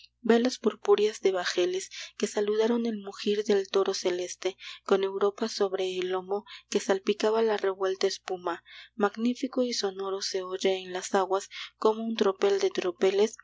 velas purpúreas de bajeles que saludaron el mugir del toro celeste con europa sobre el lomo que salpicaba la revuelta espuma magnífico y sonoro se oye en las aguas como un tropel de tropeles